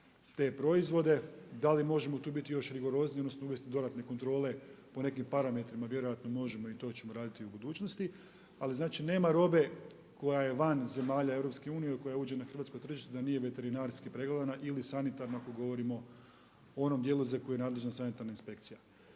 te proizvode. Da li možemo tu biti još rigorozniji odnosno uvesti dodatne kontrole po nekim parametrima vjerojatno možemo i to ćemo raditi u budućnosti. Ali znači nema robe koja je van zemalja EU i koja uđe na hrvatsko tržište da nije veterinarski pregledana ili sanitarno ako govorimo o onom djelu za koji je nadležna sanitarna inspekcija.